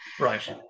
right